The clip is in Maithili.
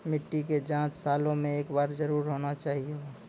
मिट्टी के जाँच सालों मे एक बार जरूर होना चाहियो?